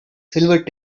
silver